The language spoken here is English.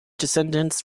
descendants